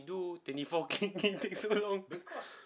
dulu twenty four click take so long